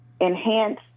enhance